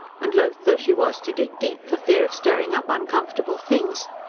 and loath though she was to dig deep, for fear of stirring up uncomfortable things,